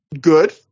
good